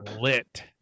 lit